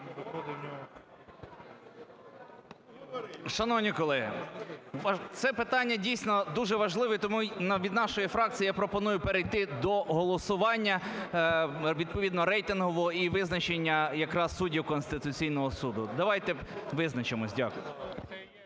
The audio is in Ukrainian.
Шановні колеги, це питання, дійсно, дуже важливе, і тому від нашої фракції я пропоную перейти до голосування відповідно рейтингового і визначення якраз суддів Конституційного Суду. Давайте визначимось. Дякую.